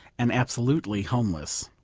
and absolutely homeless.